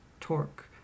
Torque